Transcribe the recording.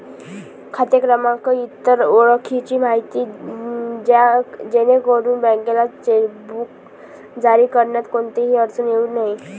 खाते क्रमांक, इतर ओळखीची माहिती द्या जेणेकरून बँकेला चेकबुक जारी करण्यात कोणतीही अडचण येऊ नये